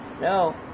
No